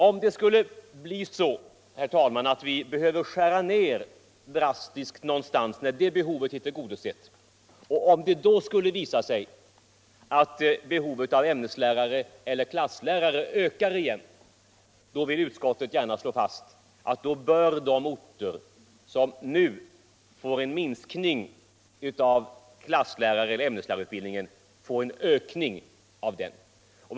Om det skulle bli så att vi behöver skära ned drastiskt någonstans när behovet är tillgodosett och om det skulle visa sig att behovet av ämneslärare eller klasslärare ökar igen, så vill utskottet gärna slå fast att de orter som nu får en minskning av klasslärareller ämneslärarutbildningen få en ökning av dessa utbildningar.